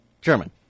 German